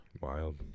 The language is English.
Wild